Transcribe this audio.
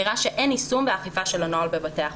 נראה שאין יישום ואכיפה של הנוהל בבתי החולים.